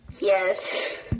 Yes